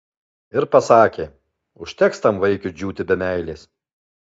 ir pasakė užteks tam vaikiui džiūti be meilės